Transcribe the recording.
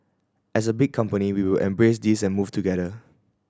as a big company we will embrace this and move together